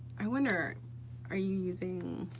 i wonder are you using,